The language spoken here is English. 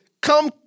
come